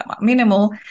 minimal